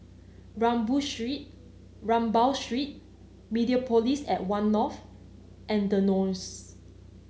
Street Rambao Street Mediapolis at One North and The Knolls